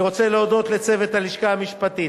אני רוצה להודות לצוות הלשכה המשפטית,